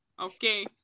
okay